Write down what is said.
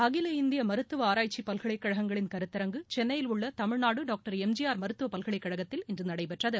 அகில இந்திய மருத்துவ ஆராய்ச்சி பல்கலைக்கழகங்களின் கருத்தரங்கு சென்னையில் உள்ள தமிழ்நாடு டாக்டர் எம்ஜிஆர் மருத்துவ பல்கலைக்கழகத்தில் இன்று நடைபெற்றது